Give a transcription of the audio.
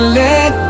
let